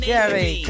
Gary